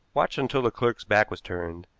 watched until the clerk's back was turned,